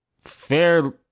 fair